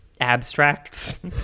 abstracts